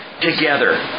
together